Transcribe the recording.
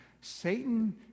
Satan